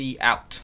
out